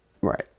Right